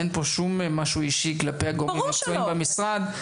אין פה שום דבר אישי כלפי הגורמים המקצועיים במשרד.